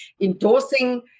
endorsing